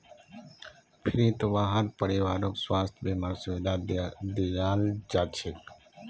फ्रीत वहार परिवारकों स्वास्थ बीमार सुविधा दियाल जाछेक